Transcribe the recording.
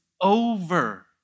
over